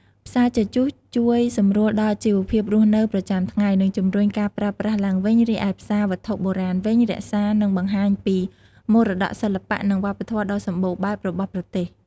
ផ្សារជជុះជួយសម្រួលដល់ជីវភាពរស់នៅប្រចាំថ្ងៃ និងជំរុញការប្រើប្រាស់ឡើងវិញ រីឯផ្សារវត្ថុបុរាណវិញ រក្សា និងបង្ហាញពីមរតកសិល្បៈ និងវប្បធម៌ដ៏សម្បូរបែបរបស់ប្រទេស។